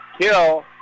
kill